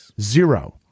Zero